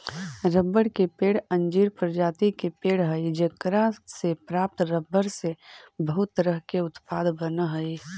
रबड़ के पेड़ अंजीर प्रजाति के पेड़ हइ जेकरा से प्राप्त रबर से बहुत तरह के उत्पाद बनऽ हइ